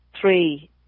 three